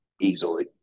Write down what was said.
easily